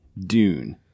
Dune